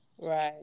Right